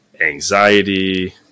anxiety